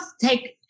take